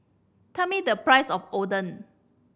tell me the price of Oden